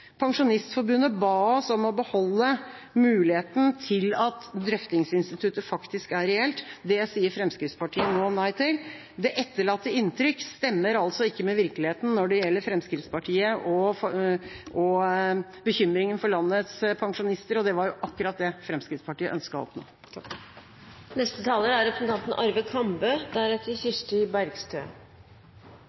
Pensjonistforbundet ba oss om å beholde muligheten til at drøftingsinstituttet faktisk er reelt. Det sier Fremskrittspartiet nå nei til. Det etterlatte inntrykk stemmer altså ikke med virkeligheten når det gjelder Fremskrittspartiet og bekymringen for landets pensjonister, og det var akkurat det Fremskrittspartiet ønsket å oppnå. Ved avslutningen av debatten er